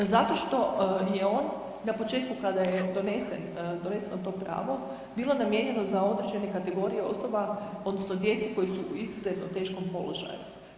Zato što je on na početku kada je donesen, doneseno to pravo bilo namijenjeno za određene kategorije osoba odnosno djece koja su u izuzetno teškom položaju.